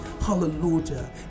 Hallelujah